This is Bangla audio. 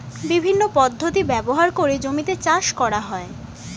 বিভিন্ন পদ্ধতি ব্যবহার করে জমিতে চাষ করা হয়